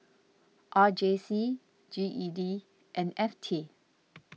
R J C G E D and F T